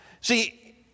See